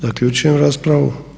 Zaključujem raspravu.